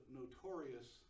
notorious